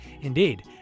Indeed